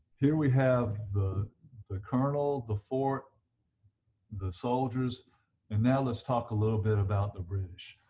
here we have the the colonel the fort the soldiers and now let's talk a little bit about the british.